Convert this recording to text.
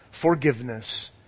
Forgiveness